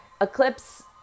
eclipse